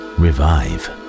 revive